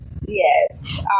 Yes